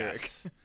Yes